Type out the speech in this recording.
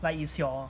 like is your